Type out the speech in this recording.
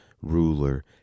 ruler